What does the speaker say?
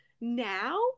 Now